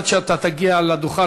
עד שאתה תגיע לדוכן,